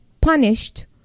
punished